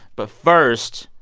but first,